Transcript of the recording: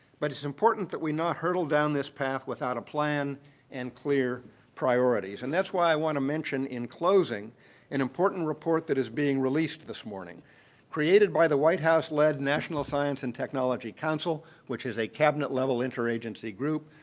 but it's important that we not hurdle down this path without a plan and clear priorities. and that's why i want to mention in closing an important report that is being released this morning created by the white house-led national science and technology council which is a cabinet-level interagency group,